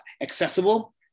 accessible